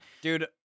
dude